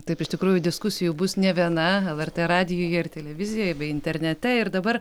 taip iš tikrųjų diskusijų bus ne viena lrt radijuje ir televizijoje bei internete ir dabar